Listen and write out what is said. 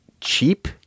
cheap